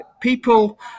people